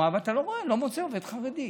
ואתה לא רואה ולא מוצא עובד חרדי.